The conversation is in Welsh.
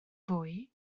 fwy